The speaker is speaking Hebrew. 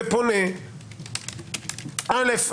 ופונה - אל"ף,